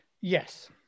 Yes